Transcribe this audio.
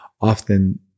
often